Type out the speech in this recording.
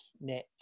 Nick